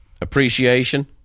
appreciation